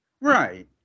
Right